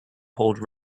hold